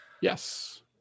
Yes